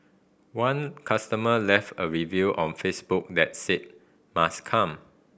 one customer left a review on Facebook that said must come